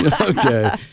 Okay